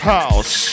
House